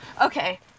Okay